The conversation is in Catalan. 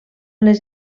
les